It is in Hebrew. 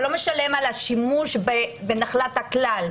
אבל לא משלם על השימוש בנחלת הכלל.